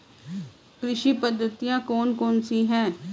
कृषि पद्धतियाँ कौन कौन सी हैं?